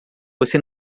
você